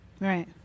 right